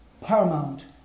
paramount